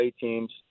teams